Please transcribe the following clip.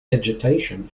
agitation